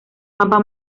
mapa